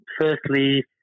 firstly